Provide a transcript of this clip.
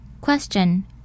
question